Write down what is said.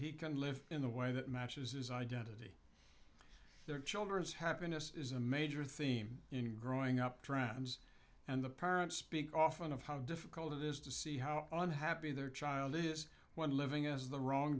he can live in the way that matches his identity their children's happiness is a major theme in growing up trends and the parents speak often of how difficult it is to see how unhappy their child is when living is the wrong